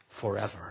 forever